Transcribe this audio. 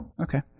Okay